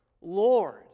Lord